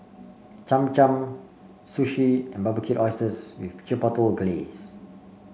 Cham Cham Sushi and Barbecued Oysters with Chipotle Glaze